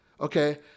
Okay